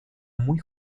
muy